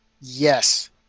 Yes